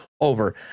over